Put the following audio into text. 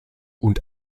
und